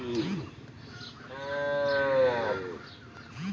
আক রকমের হিনি ফল মেলাছেন ভিটামিন সি থাকি